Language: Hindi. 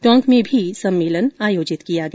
टोंक में भी सम्मेलन आयोजित किया गया